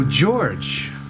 George